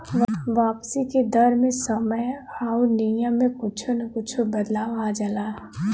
वापसी के दर मे समय आउर नियम में कुच्छो न कुच्छो बदलाव आ जाला